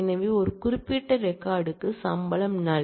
எனவே ஒரு குறிப்பிட்ட ரெக்கார்ட் க்கு சம்பளம் நல்